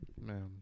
Man